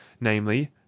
namely